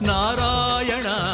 Narayana